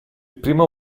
primo